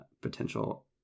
potential